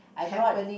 I brought